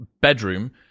bedroom